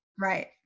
Right